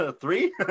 Three